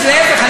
להפך,